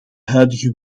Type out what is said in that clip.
huidige